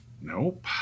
Nope